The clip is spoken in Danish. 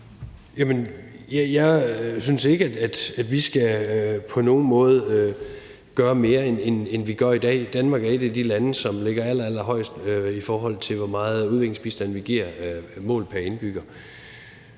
jeg synes ikke, at vi på nogen måde skal gøre mere, end vi gør i dag. Danmark er et af de lande, som ligger allerhøjest, i forhold til hvor meget udviklingsbistand vi giver målt pr. indbygger.